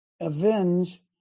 avenge